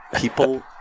people